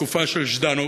בתקופה של ז'דנוב,